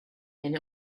and